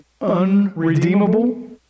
unredeemable